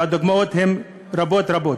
והדוגמאות הן רבות רבות.